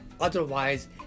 Otherwise